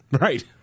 Right